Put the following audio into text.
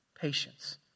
Patience